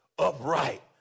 upright